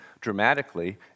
dramatically